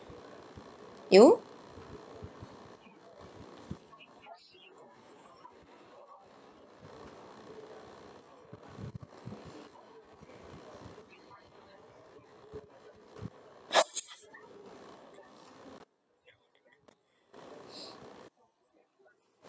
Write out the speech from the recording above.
you